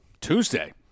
Tuesday